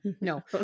no